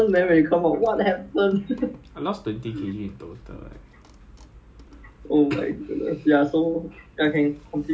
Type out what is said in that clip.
and then after that subsequently jog then swim and jog and P_T and jog and swim and jog and P_T and you repeat this cycle for two months